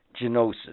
Genosis